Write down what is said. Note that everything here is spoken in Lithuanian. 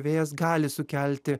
vėjas gali sukelti